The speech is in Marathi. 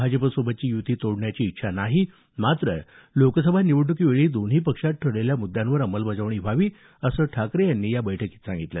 भाजपसोबतची यूती तोडण्याची इच्छा नाही मात्र लोकसभा निवडणुकीवेळी दोन्ही पक्षात ठरलेल्या मुद्यांवर अंमलबजावणी व्हावी असं ठाकरे यांनी या बैठकीत सांगितलं